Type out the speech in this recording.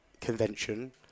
convention